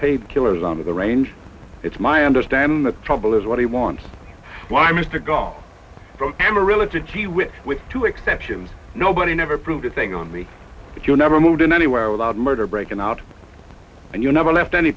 paid killers on the range it's my understanding the trouble is what he wants why mr god am a realty gee whiz with two exceptions nobody never proved a thing on me but you never moved in anywhere without murder breakin out and you never left any